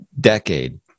decade